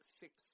six